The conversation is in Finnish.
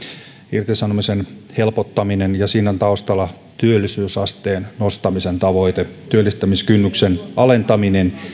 irtisanomisen helpottaminen on irrallinen laki ja siinä on taustalla työllisyysasteen nostamisen tavoite työllistämiskynnyksen alentaminen